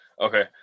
Okay